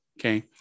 okay